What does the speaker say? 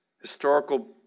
Historical